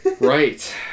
Right